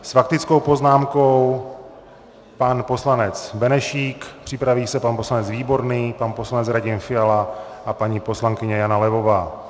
S faktickou poznámkou pan poslanec Benešík, připraví se pan poslanec Výborný, pan poslanec Radim Fiala a paní poslankyně Jana Levová.